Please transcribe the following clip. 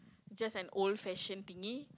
just an old fashion thingy